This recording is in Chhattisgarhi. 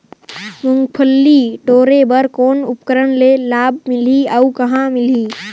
मुंगफली टोरे बर कौन उपकरण ले लाभ मिलही अउ कहाँ मिलही?